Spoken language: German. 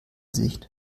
sicht